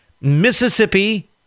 Mississippi